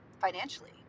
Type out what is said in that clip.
financially